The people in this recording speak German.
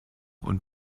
und